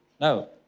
no